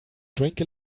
drink